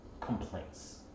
complaints